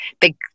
big